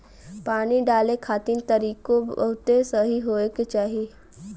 पानी डाले खातिर तरीकों बहुते सही होए के चाही